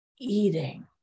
eating